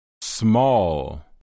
Small